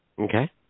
Okay